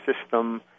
system